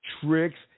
tricks